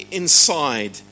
inside